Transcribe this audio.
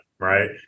Right